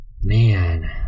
Man